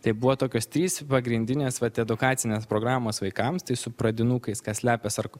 tai buvo tokios trys pagrindinės vat edukacinės programos vaikams tai su pradinukais kas slepiasi ar